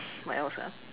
what else ah